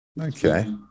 Okay